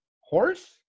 Horse